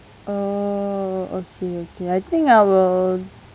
oh okay okay I think I will